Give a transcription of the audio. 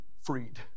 freed